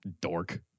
Dork